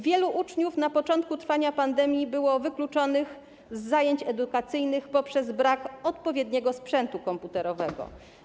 Wielu uczniów na początku trwania pandemii było wykluczonych z zajęć edukacyjnych poprzez brak odpowiedniego sprzętu komputerowego.